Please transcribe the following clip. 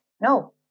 No